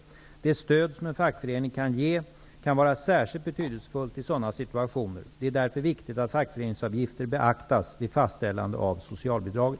Det stöd som en fackförening kan ge kan vara särskilt betydelsefullt i sådana situationer. Det är därför viktigt att fackföreningsavgifter beaktas vid fastställande av socialbidraget.